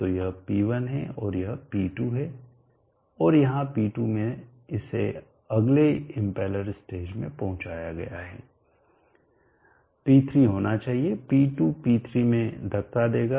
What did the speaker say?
तो यह P1 है और यह P2 है और यहां P2 में इसे अगले इम्पेलर स्टेज में पहुचाया गया है P3 होना चाहिए P2 P3 में धक्का देगा